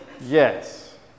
Yes